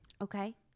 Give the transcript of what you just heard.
Okay